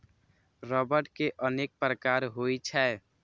रबड़ के अनेक प्रकार होइ छै